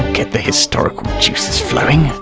get the historical juices flowing!